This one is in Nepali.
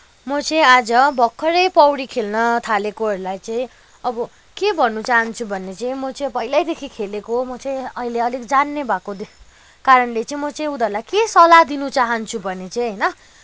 म चाहिँ आज भर्खरै पौडी खेल्न थालेकोहरूलाई चाहिँ अब के भन्न चाहन्छु भने चाहिँ म चाहिँ पहिल्यैदेखि खेलेको म चाहिँ अहिले अलिक जान्ने भएको कारणले चाहिँ म चाहिँ उनीहरूलाई चाहिँ के सल्लाह दिनु चाहन्छु भने चाहिँ होइन